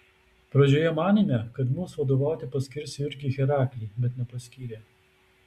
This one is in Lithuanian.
pradžioje manėme kad mums vadovauti paskirs jurgį heraklį bet nepaskyrė